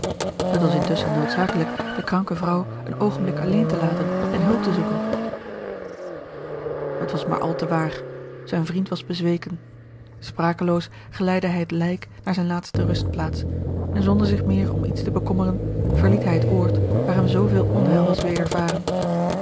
het was intusschen noodzakelijk de kranke vrouw een oogenblik alleen te laten en hulp te zoeken het was maar al te waar zijn vriend was bezweken sprakeloos geleidde hij het lijk naar zijne laatste rustplaats en zonder zich meer om iets te bekommeren verliet hij het oord waar hem zooveel onheil was wedervaren